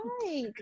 right